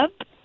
up